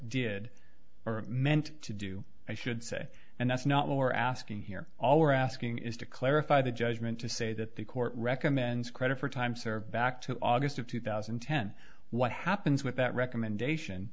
did or meant to do i should say and that's not lower asking here all we're asking is to clarify the judgment to say that the court recommends credit for time served back to august of two thousand and ten what happens with that recommendation